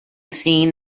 seen